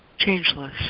changeless